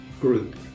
group